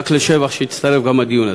רק לשבח שהצטרף גם הדיון הזה.